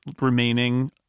remaining